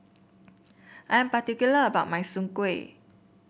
I am particular about my Soon Kueh